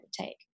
take